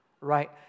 right